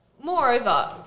moreover